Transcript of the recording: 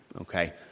okay